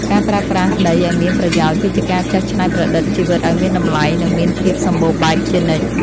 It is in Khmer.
ការប្រើប្រាស់ដីឱ្យមានប្រយោជន៍គឺជាការចេះច្នៃប្រឌិតជីវិតឱ្យមានតម្លៃ និងមានភាពសម្បូរបែបជានិច្ច។